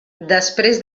després